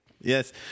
Yes